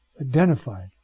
identified